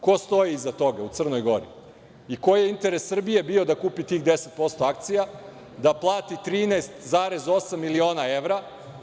Ko stoji iza toga u Crnoj Gori i koji je interes Srbije bio da kupi tih 10% akcija, da plati 13,8 miliona evra?